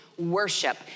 worship